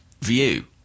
view